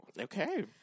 Okay